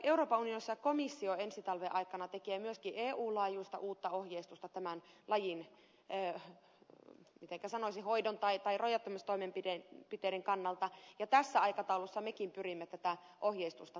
euroopan unionissa komissio ensi talven aikana tekee myöskin eu laajuista uutta ohjeistusta tämän lajin mitenkä sanoisin hoidon tai rajoittamistoimenpiteiden kannalta ja tässä aikataulussa mekin pyrimme tätä ohjeistusta tarkentamaan